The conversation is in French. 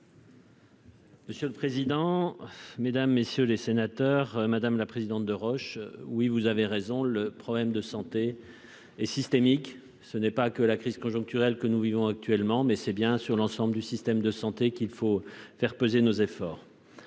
Monsieur le président, mesdames, messieurs les sénateurs, madame la présidente Deroche, vous avez raison, le problème de notre système de santé est systémique. Au-delà de la crise conjoncturelle que nous vivons actuellement, c'est bien sur l'ensemble du système de santé qu'il faut faire peser nos efforts.